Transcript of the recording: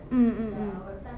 mm mm mm